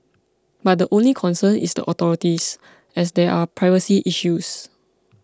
but the only concern is the authorities as there are privacy issues